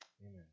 Amen